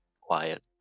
quiet